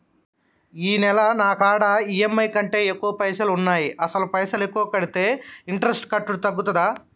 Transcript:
ఈ నెల నా కాడా ఈ.ఎమ్.ఐ కంటే ఎక్కువ పైసల్ ఉన్నాయి అసలు పైసల్ ఎక్కువ కడితే ఇంట్రెస్ట్ కట్టుడు తగ్గుతదా?